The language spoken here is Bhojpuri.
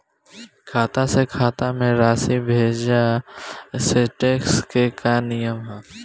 खाता से खाता में राशि भेजला से टेक्स के का नियम ह?